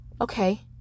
okay